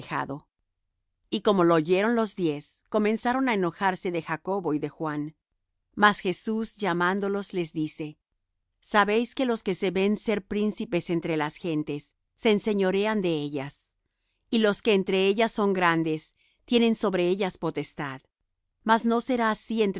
y como lo oyeron los diez comenzaron á enojarse de jacobo y de juan mas jesús llamándolos les dice sabéis que los que se ven ser príncipes entre las gentes se enseñorean de ellas y los que entre ellas son grandes tienen sobre ellas potestad mas no será así